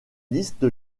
liste